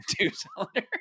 Two-cylinder